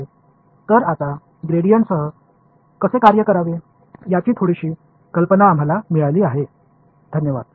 இப்பொழுது நாம் கிரேடியன்டை எப்படி உபயோகிப்பது என்பதை குறித்த சில யோசனைகளை பெற்றோம்